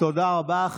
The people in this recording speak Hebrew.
תודה רבה.